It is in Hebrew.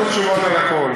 תקבלו תשובות על הכול.